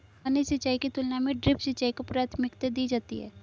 सामान्य सिंचाई की तुलना में ड्रिप सिंचाई को प्राथमिकता दी जाती है